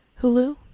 Hulu